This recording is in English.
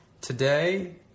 Today